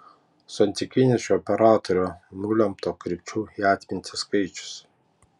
santykinis šių operatorių nulemto kreipčių į atmintį skaičius